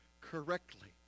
correctly